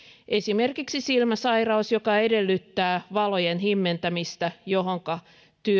esimerkiksi silmäsairaus joka edellyttää valojen himmentämistä johonka